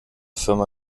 firma